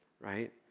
Right